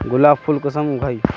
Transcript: गुलाब फुल कुंसम उगाही?